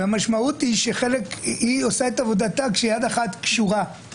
והמשמעות היא שהיא עושה את עבודתה כשיד אחת קשורה.